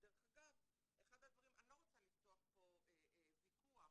אני לא רוצה לפתוח פה ויכוח,